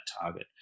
target